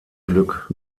glück